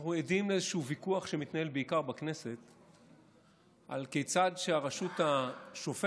אנחנו עדים לאיזשהו ויכוח שמתנהל בעיקר בכנסת על כיצד הרשות השופטת,